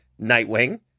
nightwing